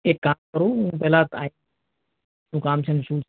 એક કામ કરું હું પહેલાં આવી શું કામ છે ને શું